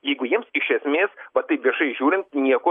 jeigu jiems iš esmės va taip viešai žiūrint nieko